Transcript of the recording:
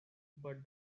but